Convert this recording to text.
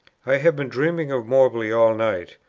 i have been dreaming of moberly all night.